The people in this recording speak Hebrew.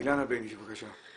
אילנה בניש, בבקשה.